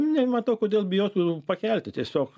nematau kodėl bijotų pakelti tiesiog